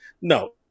no